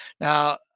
Now